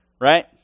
Right